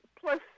plus